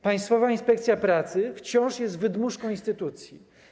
Państwowa Inspekcja Pracy wciąż jest wydmuszką instytucji.